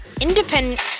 independent